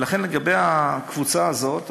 ולכן, לגבי הקבוצה הזאת אנחנו,